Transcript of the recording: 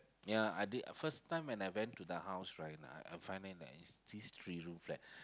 ya I did first time when I went to the house right uh I find it is this three room flat